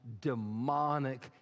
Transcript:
demonic